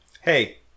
Hey